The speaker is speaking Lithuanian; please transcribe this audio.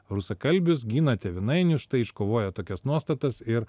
rusakalbius gina tėvynainius štai iškovoja tokias nuostatas ir